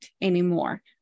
anymore